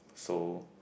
so